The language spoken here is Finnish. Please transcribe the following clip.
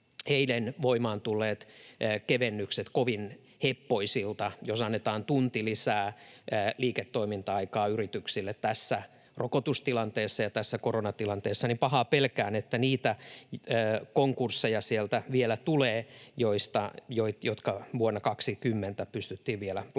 eilen voimaan tulleet kevennykset kovin heppoisilta. Jos annetaan tunti lisää liiketoiminta-aikaa yrityksille tässä rokotustilanteessa ja tässä koronatilanteessa, niin pahaa pelkään, että niitä konkursseja sieltä vielä tulee, jotka vuonna 20 pystyttiin vielä blokkaamaan.